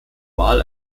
wahl